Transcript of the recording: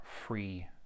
free